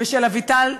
ושל אביטל,